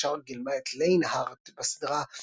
השאר גילמה את ליין הרט בסדרה "אוורווד"